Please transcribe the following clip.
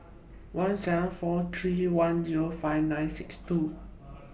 one seven four three one Zero five nine six two